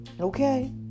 Okay